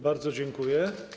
Bardzo dziękuję.